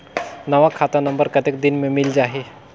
नवा खाता नंबर कतेक दिन मे मिल जाही?